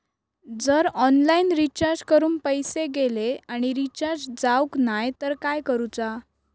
जर online recharge करून पैसे गेले आणि रिचार्ज जावक नाय तर काय करूचा?